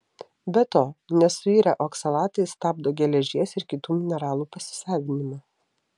be to nesuirę oksalatai stabdo geležies ir kitų mineralų pasisavinimą